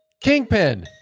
Kingpin